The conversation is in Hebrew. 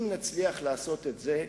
אם נצליח לעשות את זה,